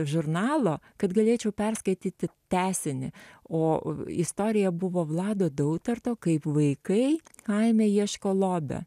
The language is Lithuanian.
žurnalo kad galėčiau perskaityti tęsinį o istorija buvo vlado dautarto kaip vaikai kaime ieško lobio